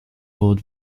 world